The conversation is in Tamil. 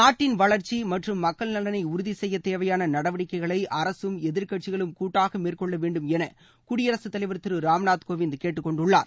நாட்டின் வளர்ச்சி மற்றும் மக்கள் நலனை உறுதி செய்யத் தேவையான நடவடிக்கைகளை அரசும் எதிர்கட்சிகளும் கூட்டாக மேற்கொள்ள வேண்டும் என குடியரசுத் தலைவர் திரு ராம்நாத் கோவிந்த் கேட்டுக் கொண்டுள்ளார்